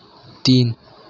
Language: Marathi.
तीन